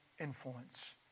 influence